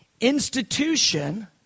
institution